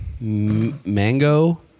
Mango